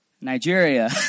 Nigeria